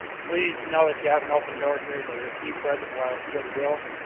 please know that you have an open door here. there is a deep reservoir of goodwill